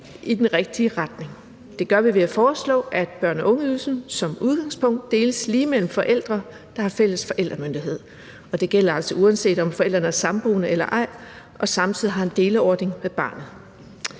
i den rigtige retning. Det gør vi ved at foreslå, at børne- og ungeydelsen som udgangspunkt deles lige mellem forældre, der har fælles forældremyndighed, og det gælder altså, uanset om forældrene er samboende eller ej, og samtidig har en deleordning med barnet.